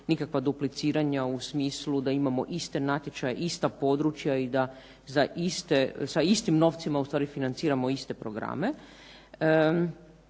nikakva dupliciranja u smislu da imamo iste natječaje, ista područja i da sa istim novcima financiramo iste programe.